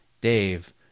Dave